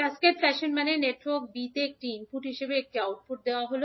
cascade fashion মানে network B তে একটি ইনপুট হিসাবে একটি আউটপুট দেওয়া হয়